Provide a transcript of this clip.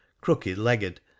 crooked-legged